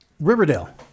Riverdale